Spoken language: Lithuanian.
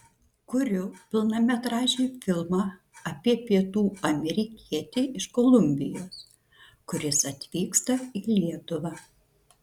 kuriu pilnametražį filmą apie pietų amerikietį iš kolumbijos kuris atvyksta į lietuvą